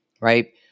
right